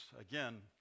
Again